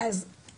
זה שבעצם